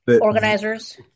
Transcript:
organizers